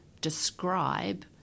describe